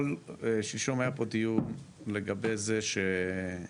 שלשום היה פה דיון לגבי זה שעולים